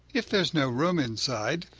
if there's no room inside,